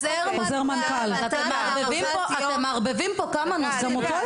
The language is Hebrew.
שמעון, אתה יכול להתייחס ולעשות לנו סדר?